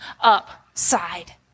upside